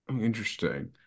interesting